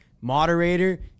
Moderator